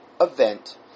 event